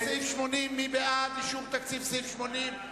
סעיף 80, מי בעד אישור תקציב ל-2009?